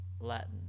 Latin